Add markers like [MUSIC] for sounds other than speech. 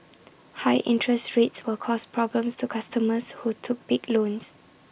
[NOISE] high interest rates will cause problems to customers who took big loans